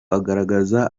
agaragaza